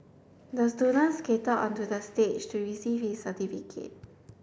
the student skated onto the stage to receive his certificate